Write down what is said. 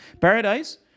paradise